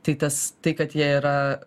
tai tas tai kad jie yra